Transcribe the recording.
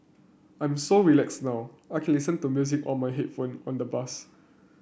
I'm so relaxed now I can listen to music on my headphone on the bus